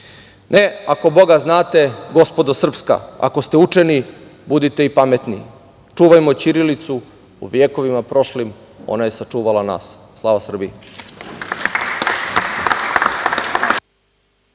„Ne ako Boga znate gospodo srpska, ako ste učeni, budite i pametni, čuvajmo ćirilicu u vekovima prošlim, ona je sačuvala nas.“ Slava Srbiji.